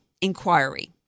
inquiry